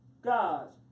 God's